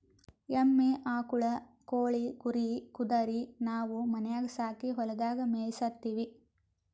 ಎಮ್ಮಿ ಆಕುಳ್ ಕೋಳಿ ಕುರಿ ಕುದರಿ ನಾವು ಮನ್ಯಾಗ್ ಸಾಕಿ ಹೊಲದಾಗ್ ಮೇಯಿಸತ್ತೀವಿ